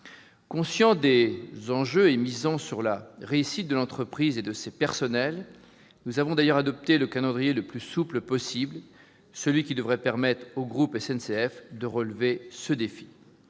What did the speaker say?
Conscients des enjeux et misant sur la réussite de l'entreprise et de son personnel, nous avons d'ailleurs adopté le calendrier le plus souple possible. Il devrait permettre au groupe SNCF de relever ce défi.